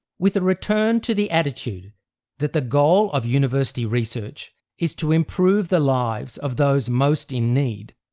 with a return to the attitude that the goal of university research is to improve the lives of those most in need,